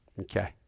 Okay